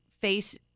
face